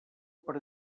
per